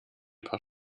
paar